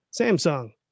Samsung